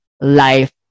Life